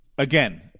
Again